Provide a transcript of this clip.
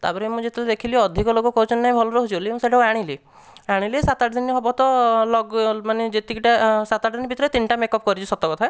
ତା'ପରେ ମୁଁ ଯେବେ ଦେଖିଲି ଅଧିକ ଲୋକ କହୁଛନ୍ତି ନା ଭଲ ରହୁଛି ବୋଲି ମୁଁ ସେହିଟା ଆଣିଲି ଆଣିଲି ସାତ ଆଠଦିନ ହେବ ତ ମାନେ ଯେତିକିଟା ସାତ ଆଠ ଦିନ ଭିତରେ ତିନିଟା ମେକ୍ଅପ୍ କରିଛି ସତକଥା